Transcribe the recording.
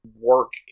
work